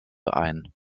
ein